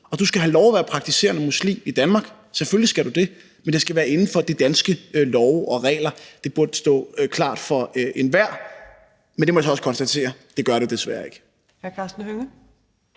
Du skal have lov til at være praktiserende muslim i Danmark – selvfølgelig skal du det – men det skal være inden for de danske love og regler. Det burde stå klart for enhver, men det må jeg så konstatere at det desværre ikke